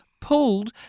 pulled